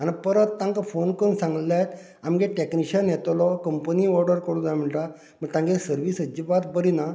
आनी परत तांकां फोन करून सांगलें जायत आमगे टेक्नीशन येतलो कंपनी ऑर्डर करूं जाय म्हणटात म्हणजे तांगे सरवीस अजिबात बरी ना